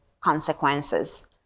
consequences